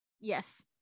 Yes